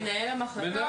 מנהל המחלקה?